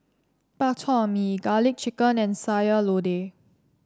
Bak Chor Mee garlic chicken and Sayur Lodeh